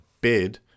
bid